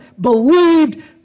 believed